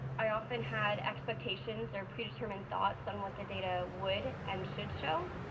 i often had expectations or predetermined thoughts on what the data would and should show.